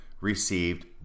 received